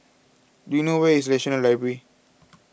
do you know where is National Library